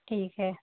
ठीक है